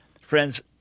Friends